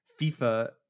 FIFA